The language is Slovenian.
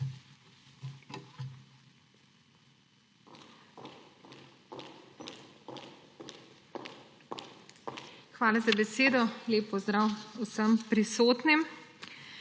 lepa za besedo. Lep pozdrav vsem prisotnim.